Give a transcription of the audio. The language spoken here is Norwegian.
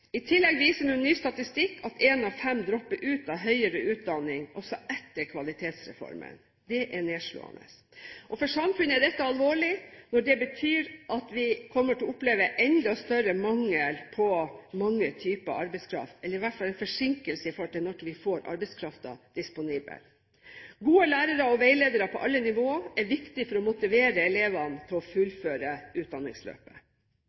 I tillegg viser ny statistikk at én av fem dropper ut av høyere utdanning også etter Kvalitetsreformen. Det er nedslående. For samfunnet er dette alvorlig. Det betyr at vi kommer til å oppleve en enda større mangel på mange typer arbeidskraft, i hvert fall en forsinkelse med hensyn til når arbeidskraften blir disponibel. Gode lærere og veiledere på alle nivåer er viktig for å motivere elevene til å